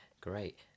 Great